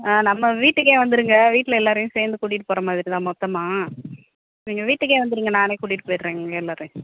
ஆ நம்ம வீட்டுக்கே வந்துடுங்க வீட்டில எல்லோரையுமே சேர்ந்து கூட்டிகிட்டுப் போகிற மாதிரி தான் மொத்தமாக நீங்கள் வீட்டுக்கே வந்துடுங்க நானே கூட்டிகிட்டுப் போயிடுறேன் உங்கள் எல்லோரையும்